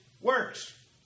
works